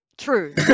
true